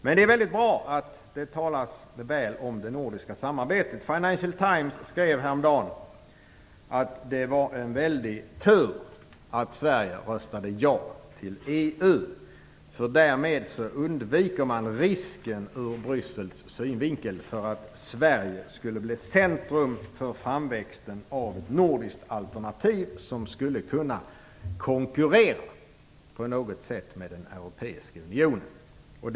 Men det är väldigt bra att det talas väl om det nordiska samarbetet. Financial Times skrev häromdagen att det var en väldig tur att Sverige röstade ja till EU, för därmed undviker man ur Bryssels synvinkel risken för att Sverige skulle bli centrum för framväxten av ett nordiskt alternativ som på något sätt skulle kunna konkurrera med den europeiska unionen.